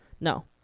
No